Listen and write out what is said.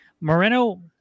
Moreno